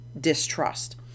distrust